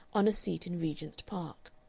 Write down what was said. on a seat in regent's park.